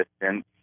distance